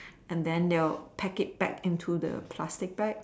and then they will pack it back into the plastic bag